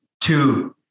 two